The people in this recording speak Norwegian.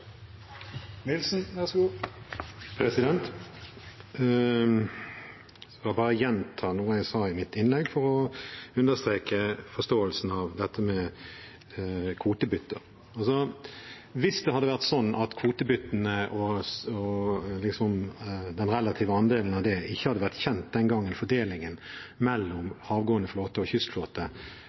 Jeg vil bare gjenta noe jeg sa i mitt innlegg, for å understreke forståelsen av dette med kvotebytte. Hvis det hadde vært sånn at kvotebyttene, den relative andelen av dem, ikke hadde vært kjent den gangen fordelingen mellom den havgående flåten og